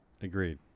agreed